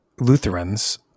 Lutherans